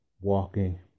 walking